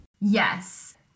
Yes